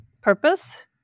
purpose